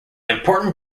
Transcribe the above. important